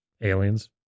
aliens